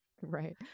right